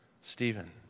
Stephen